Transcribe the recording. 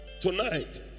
tonight